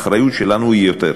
האחריות שלנו רבה יותר,